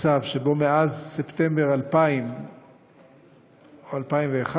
במצב שבו מאז ספטמבר 2000 או 2001,